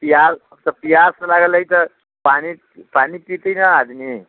पियास तऽ पियास लागल अइ तऽ पानि पानि पितै ने आदमी